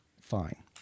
Fine